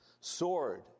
sword